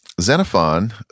Xenophon